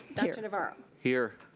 dr. navarro. here.